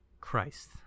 Christ